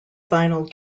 final